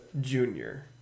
junior